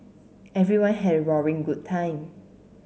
everyone had a roaring good time